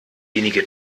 wenige